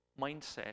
mindset